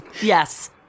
yes